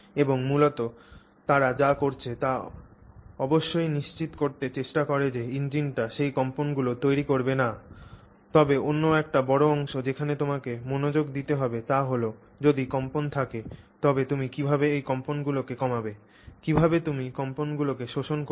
এবং মূলত তারা যা করছে তা অবশ্যই নিশ্চিত করতে চেষ্টা করে যে ইঞ্জিনটি সেই কম্পনগুলি তৈরি করবে না তবে অন্য একটি বড় অংশ যেখানে তোমাকে মনোযোগ দিতে হবে তা হল যদি কম্পন থাকে তবে তুমি কীভাবে এই কম্পনগুলিকে কমাবে কীভাবে তুমি এই কম্পনগুলি শোষণ করাবে